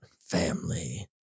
family